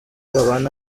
babana